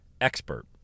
expert